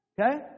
Okay